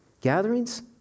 gatherings